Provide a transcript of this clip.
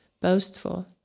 boastful